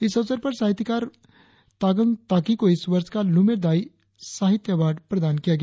इस अवसर पर साहित्यकार तागंग ताकी को इस वर्ष का लुमेर दाई साहित्य अवार्ड प्रदान किया गया